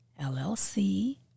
LLC